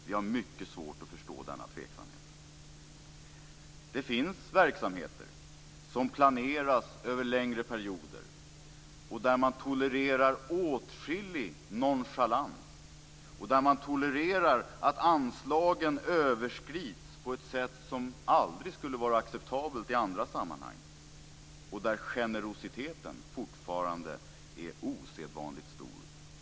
Vi har mycket svårt att förstå denna tveksamhet. Det finns verksamheter som planeras över längre perioder där man tolererar åtskillig nonchalans, där man tolererar att anslagen överskrids på ett sätt som aldrig skulle vara acceptabelt i andra sammanhang och där generositeten fortfarande är osedvanligt stor.